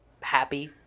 happy